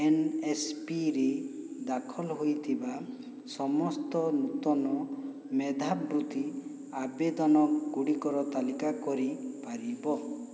ଏନ୍ଏସ୍ପିରେ ଦାଖଲ ହୋଇଥିବା ସମସ୍ତ ନୂତନ ମେଧାବୃତ୍ତି ଆବେଦନ ଗୁଡ଼ିକର ତାଲିକା କରିପାରିବ